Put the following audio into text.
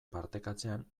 partekatzean